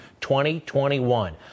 2021